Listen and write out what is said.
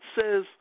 says